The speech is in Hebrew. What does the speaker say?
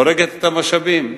הורגת את המשאבים,